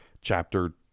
Chapter